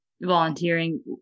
volunteering